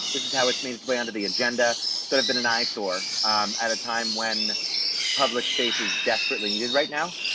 this is how it's made its way onto the agenda sort of been an eyesore at a time when public spaces desperately needed right now.